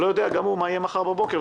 שלא יודע מה יהיה מחר בבוקר,